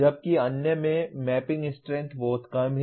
जबकि अन्य में मैपिंग स्ट्रेंथ बहुत कम है